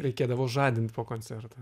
reikėdavo žadint po koncerto